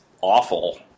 awful